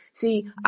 see